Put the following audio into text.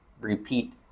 repeat